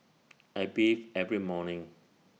I bathe every morning